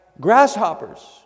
grasshoppers